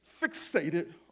fixated